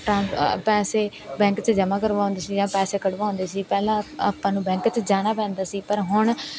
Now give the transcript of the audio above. ਟ ਪੈਸੇ ਬੈਂਕ 'ਚ ਜਮ੍ਹਾਂ ਕਰਵਾਉਂਦੇ ਸੀ ਜਾਂ ਪੈਸੇ ਕਢਵਾਉਂਦੇ ਸੀ ਪਹਿਲਾਂ ਆਪਾਂ ਨੂੰ ਬੈਂਕ 'ਚ ਜਾਣਾ ਪੈਂਦਾ ਸੀ ਪਰ ਹੁਣ